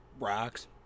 Rocks